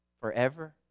forever